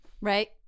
Right